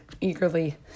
eagerly